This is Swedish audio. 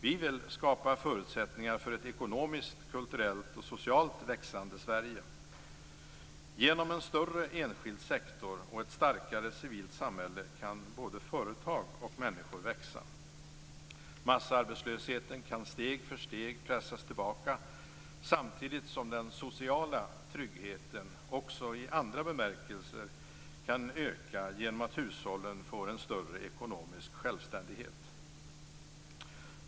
Vi vill skapa förutsättningar för ett ekonomiskt, kulturellt och socialt växande Sverige. Genom en större enskild sektor och ett starkare civilt samhälle kan både företag och människor växa. Massarbetslösheten kan steg för steg pressas tillbaka samtidigt som den sociala tryggheten också i andra bemärkelser kan öka genom att hushållen får en större ekonomisk självständighet.